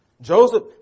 Joseph